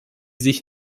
sich